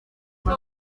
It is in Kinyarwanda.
kuri